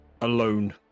alone